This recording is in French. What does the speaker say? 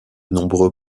nombreux